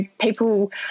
people